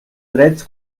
drets